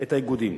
את האיגודים.